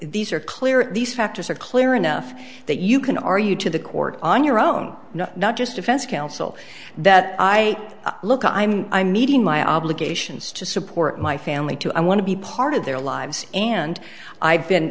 these are clear these factors are clear enough that you can argue to the court on your own not just defense counsel that i look i'm i'm meeting my obligations to support my family to i want to be part of their lives and i've been